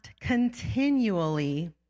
continually